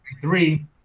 three